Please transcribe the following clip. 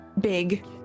big